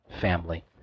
family